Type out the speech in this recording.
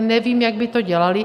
Nevím, jak by to dělali.